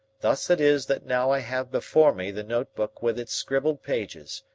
thus it is that now i have before me the notebook with its scribbled pages,